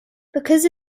because